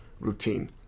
Routine